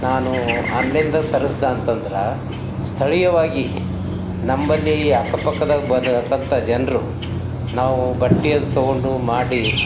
ನಾನು ಆನ್ಲೈನ್ದಾಗ ತರಿಸ್ದೆ ಅಂತ ಅಂದ್ರೆ ಸ್ಥಳೀಯವಾಗಿ ನಂಬಳಿ ಅಕ್ಕ ಪಕ್ಕದಾಗ ಬಂದಿರ್ತಕ್ಕಂಥ ಜನರು ನಾವು ಬಟ್ಟೆ ಅದು ತೊಗೊಂಡು ಮಾಡಿ